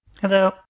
Hello